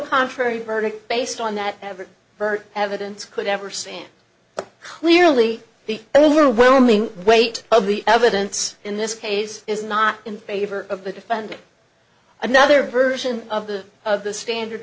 contrary verdict based on that ever heard evidence could ever seen but clearly the overwhelming weight of the evidence in this case is not in favor of the defendant another version of the of the standard